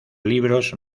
libros